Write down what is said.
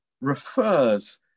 refers